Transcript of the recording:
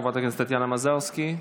חברת הכנסת טטיאנה מזרסקי,